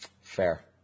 Fair